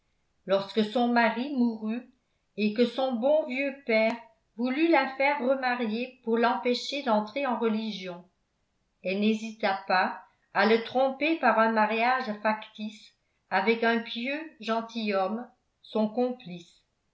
lorsque son mari mourut et que son bon vieux père voulut la faire remarier pour l'empêcher d'entrer en religion elle n'hésita pas à le tromper par un mariage factice avec un pieux gentilhomme son complice